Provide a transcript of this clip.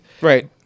Right